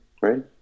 right